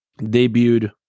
Debuted